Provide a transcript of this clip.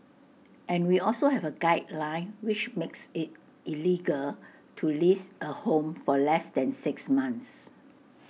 and we also have A guideline which makes IT illegal to lease A home for less than six months